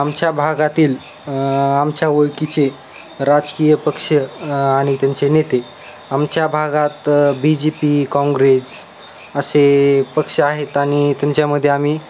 आमच्या भागातील आमच्या ओळखीचे राजकीय पक्ष आणि त्यांचे नेते आमच्या भागात बीजेपी काँग्रेस असे पक्ष आहेत आणि त्यांच्यामध्ये आम्ही